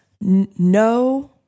no